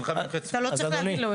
--- אתה לא צריך להגיד לו.